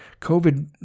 COVID